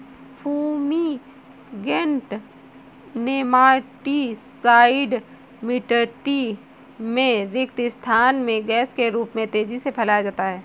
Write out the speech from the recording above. fumigant nematicide मिटटी में रिक्त स्थान में गैस के रूप में तेजी से फैलाया जाता है